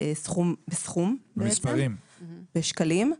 בסכום, בשקלים,